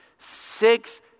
Six